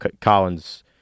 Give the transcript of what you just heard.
Collins